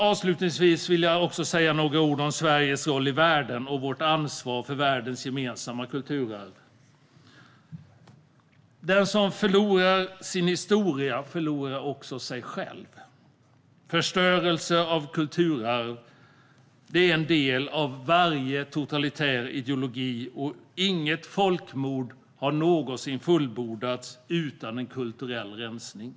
Avslutningsvis vill jag säga några ord om Sveriges roll i världen och vårt ansvar för världens gemensamma kulturarv. Den som förlorar sin historia förlorar också sig själv. Förstörelse av kulturarv är en del av varje totalitär ideologi, och inget folkmord har någonsin fullbordats utan en kulturell rensning.